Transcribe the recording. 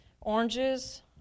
Oranges